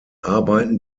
arbeiten